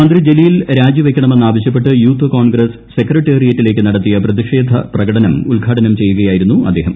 മന്ത്രി ജലീൽ രാജിവെയ്ക്കണമെന്ന് ആവശ്യപ്പെട്ട് യൂത്ത് കോൺഗ്രസ് സെക്രട്ടേറിയറ്റിലേക്ക് നടത്തിയ പ്രതിഷേധ പ്രകടനം ഉദ്ഘാടനം ചെയ്യുകയായിരുന്നു അദ്ദേഹം